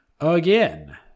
again